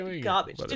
garbage